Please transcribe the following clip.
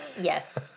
yes